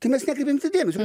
tai mes nekreipėm į tą dėmesio